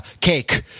cake